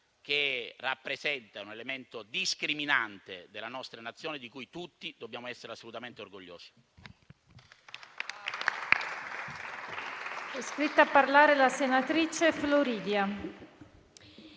che rappresenta un elemento qualificante della nostra Nazione, di cui tutti dobbiamo essere assolutamente orgogliosi.